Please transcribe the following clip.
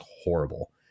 horrible